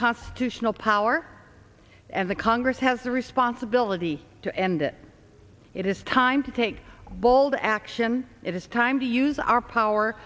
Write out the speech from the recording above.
constitutional power and the congress has the responsibility to end it it is time to take bold action it is time to use our power